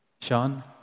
Sean